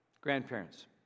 grandparents